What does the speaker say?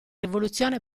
rivoluzione